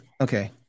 okay